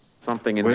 something in